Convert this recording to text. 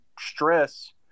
stress